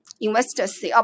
investors